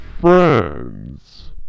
friends